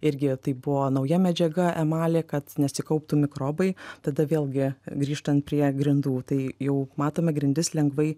irgi tai buvo nauja medžiaga emalė kad nesikauptų mikrobai tada vėlgi grįžtant prie grindų tai jau matome grindis lengvai